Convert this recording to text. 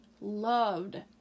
loved